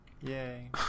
yay